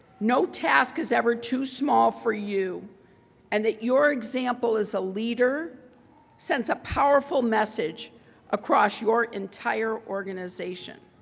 no task is ever too small for you and that your example as a leader sends a powerful message across your entire organization.